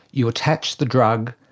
you attach the drug,